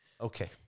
okay